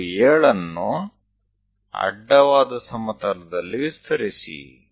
આ 9 અને 7 પણ આડા સમતલ પર છે